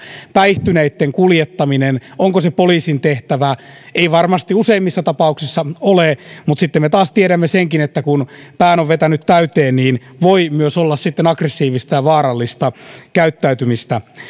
päihtyneitten kuljettaminen poliisin tehtävä ei varmasti useimmissa tapauksissa ole mutta sitten me taas tiedämme senkin että kun pään on vetänyt täyteen niin voi myös olla aggressiivista ja vaarallista käyttäytymistä